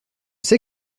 sais